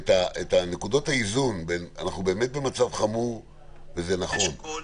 את נקודות האיזון, כי יש דברים